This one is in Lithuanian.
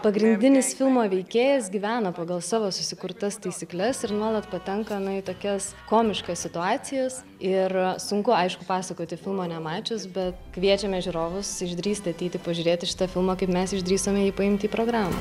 pagrindinis filmo veikėjas gyvena pagal savo susikurtas taisykles ir nuolat patenka na į tokias komiškas situacijas ir sunku aišku pasakoti filmo nemačius bet kviečiame žiūrovus išdrįsti ateiti pažiūrėti šitą filmą kaip mes išdrįsome jį paimti į programą